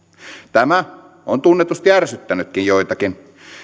tämä on tunnetusti ärsyttänytkin joitakin